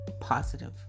positive